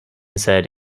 said